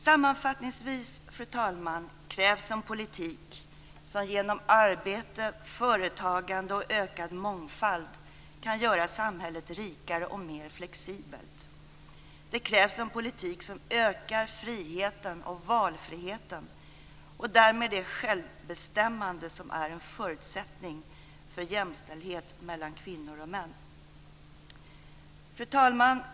Sammanfattningsvis, fru talman, krävs en politik som genom arbete, företagande och ökad mångfald kan göra samhället rikare och mer flexibelt. Det krävs en politik som ökar friheten och valfriheten och därmed det självbestämmande som är en förutsättning för jämställdhet mellan kvinnor och män. Fru talman!